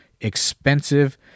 expensive